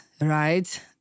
right